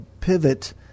pivot—